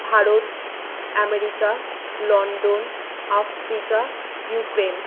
Bharat America London Africa Ukraine